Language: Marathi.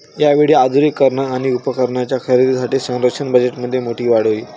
यावेळी आधुनिकीकरण आणि उपकरणांच्या खरेदीसाठी संरक्षण बजेटमध्ये मोठी वाढ होईल